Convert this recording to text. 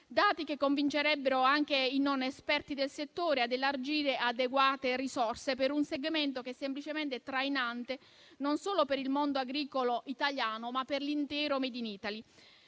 questi che convincerebbero anche i non esperti del settore a elargire adeguate risorse per un segmento che è semplicemente trainante non solo per il mondo agricolo italiano, ma per l'intero *made in Italy*.